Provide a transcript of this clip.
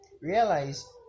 realize